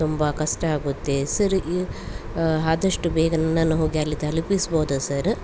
ತುಂಬ ಕಷ್ಟ ಆಗುತ್ತೆ ಸರ್ ಈ ಆದಷ್ಟು ಬೇಗ ನನ್ನನ್ನು ಹೋಗಿ ಅಲ್ಲಿ ತಲುಪಿಸ್ಬೋದ ಸರ